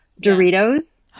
Doritos